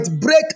break